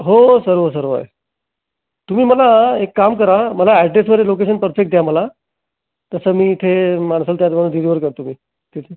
हो सर्व सर्व आहे तुम्ही मला एक काम करा मला ॲड्रेसद्वारे लोकेशन परफेक्ट द्या मला तसं मी इथे माणसांच्या हातनं डिलिवर करतो मी ठीक आहे